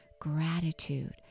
gratitude